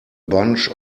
bunch